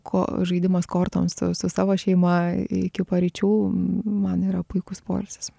ko žaidimas kortom su su savo šeima iki paryčių man yra puikus poilsis